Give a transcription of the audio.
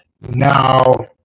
now